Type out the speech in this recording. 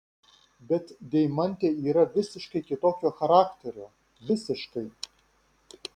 bet deimantė yra visiškai kitokio charakterio visiškai